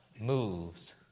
moves